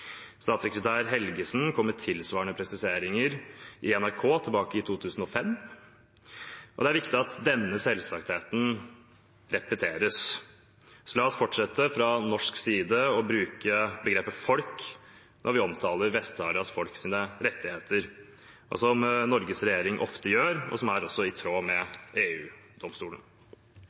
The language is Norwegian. Statssekretær Helgesen kom med tilsvarende presiseringer i NRK tilbake i 2005, og det er viktig at denne selvsagtheten repeteres. Så la oss fra norsk side fortsette å bruke begrepet «folk» når vi omtaler Vest-Saharas’ folk sine rettigheter, slik Norges regjering ofte gjør, og som også er i tråd med